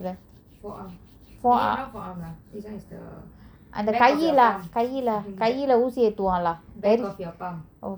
fore arm eh this not forearm lah this [one] is the back of your palm back of your palm